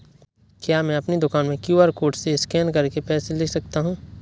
क्या मैं अपनी दुकान में क्यू.आर कोड से स्कैन करके पैसे ले सकता हूँ?